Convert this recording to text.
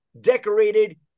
decorated